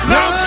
Now